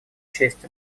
честь